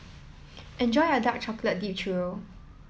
enjoy your Dark Chocolate Dipped Churro